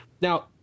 Now